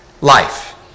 life